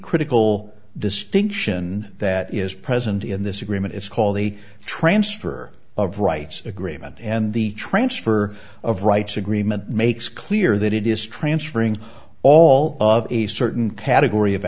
critical distinction that is present in this agreement it's called the transfer of rights agreement and the transfer of rights agreement makes clear that it is transferring all of a certain category of